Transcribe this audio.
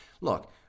look